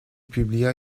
publia